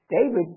David